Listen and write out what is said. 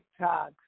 TikToks